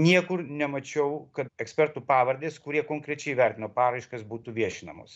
niekur nemačiau kad ekspertų pavardės kurie konkrečiai įvertino paraiškas būtų viešinamos